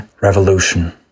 revolution